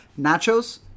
nachos